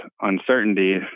uncertainty